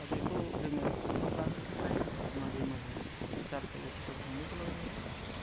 दा बेखौ जोङो सुबुरुन लानो थाखाय माजे माजे सार्कल अफिसाव थांनो गोनां जायो